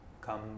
come